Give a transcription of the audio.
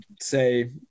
say